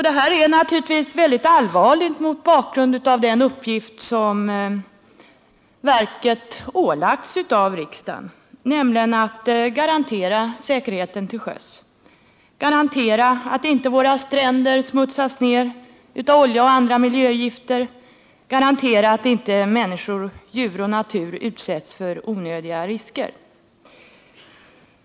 Detta är naturligtvis väldigt allvarligt mot bakgrund av den uppgift som verket ålagts av riksdagen, nämligen att garantera säkerheten till sjöss, garantera att inte våra stränder smutsas ner av olja och andra miljögifter och garantera att inte människor, djur och natur utsätts för onödiga risker.